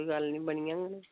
अच्छा कई गल्ल निं बनी जाङन